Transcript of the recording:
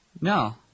No